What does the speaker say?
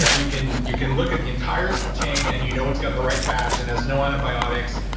you can you can look at the entire so chain and you know it's got the right fats and has no antibiotics.